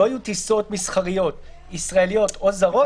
שרז דיבר עליהן ויש גם את הטיסות שהן לא טיסות מסחריות רגילות.